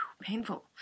painful